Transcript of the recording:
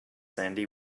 sandy